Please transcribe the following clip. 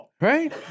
right